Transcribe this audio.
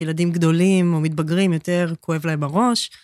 ילדים גדולים או מתבגרים יותר, כואב להם בראש.